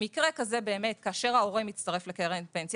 במקרה כזה כאשר ההורה מצטרף לקרן הפנסיה